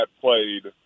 played